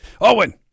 Owen